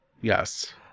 Yes